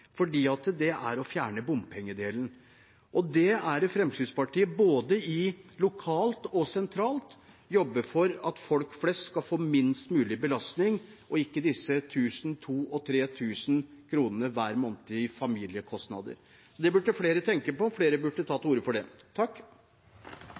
fordi det er å fjerne bompengedelen. Det er det Fremskrittspartiet jobber for, både lokalt og sentralt, at folk flest skal få minst mulig belastning, og ikke disse 1 000, 2 000 og 3 000 kronene hver måned i familiekostnader. Det burde flere tenke på, og flere burde ta